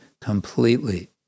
completely